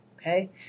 Okay